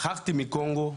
ברחתי מקונגו,